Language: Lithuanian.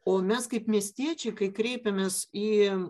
o mes kaip miestiečiai kai kreipiamės į